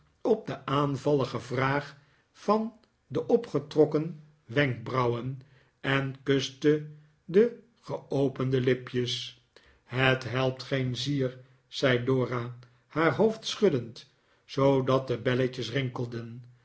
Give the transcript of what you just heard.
op de aanvallige vraag van de opgetrokken wenkbrauwen en kuste de geopende lipjes het helpt geen zier zei dora haar hoofd schuddend zoodat de belletjes rinkelden